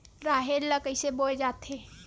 राहेर ल कइसे बोय जाथे?